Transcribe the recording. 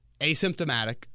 asymptomatic